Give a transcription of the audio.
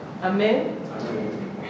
Amen